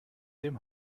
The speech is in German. dem